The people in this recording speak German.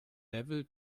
level